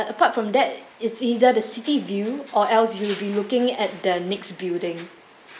apart from that it's either the city view or else you'll be looking at the next building